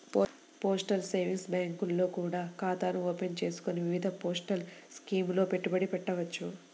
postal savings బ్యాంకుల్లో కూడా ఖాతాను ఓపెన్ చేసుకొని వివిధ పోస్టల్ స్కీముల్లో పెట్టుబడి పెట్టవచ్చు